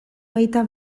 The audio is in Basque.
baita